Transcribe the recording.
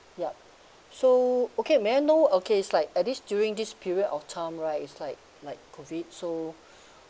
yup so okay may I know okay it's like at this during this period of time right it's like like COVID so